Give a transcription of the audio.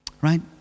right